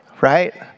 right